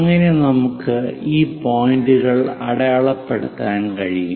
അങ്ങനെ നമുക്ക് ഈ പോയിന്റുകൾ അടയാളപ്പെടുത്താൻ കഴിയും